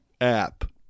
app